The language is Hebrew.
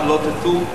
שלא תטעו: